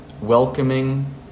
welcoming